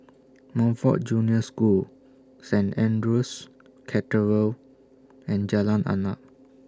Montfort Junior School Saint Andrew's Cathedral and Jalan Arnap